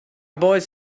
boys